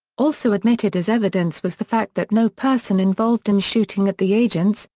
also admitted as evidence was the fact that no person involved in shooting at the agents,